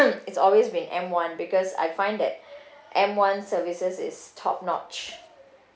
it's always been M one because I find that M one services is top-notch